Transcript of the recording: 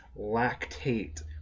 lactate